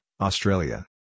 Australia